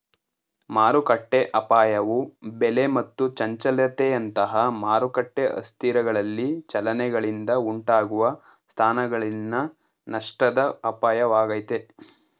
ಮಾರುಕಟ್ಟೆಅಪಾಯವು ಬೆಲೆ ಮತ್ತು ಚಂಚಲತೆಯಂತಹ ಮಾರುಕಟ್ಟೆ ಅಸ್ಥಿರಗಳಲ್ಲಿ ಚಲನೆಗಳಿಂದ ಉಂಟಾಗುವ ಸ್ಥಾನಗಳಲ್ಲಿನ ನಷ್ಟದ ಅಪಾಯವಾಗೈತೆ